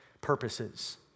purposes